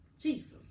jesus